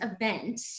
event